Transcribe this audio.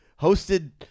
hosted